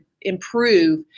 improve